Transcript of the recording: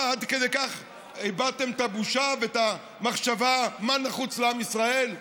עד כדי כך איבדתם את הבושה ואת המחשבה מה נחוץ לעם ישראל?